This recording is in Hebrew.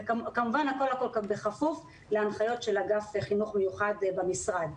כמובן הכול כאן בכפוף להנחיות של אגף חינוך מיוחד במשרד.